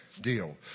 deal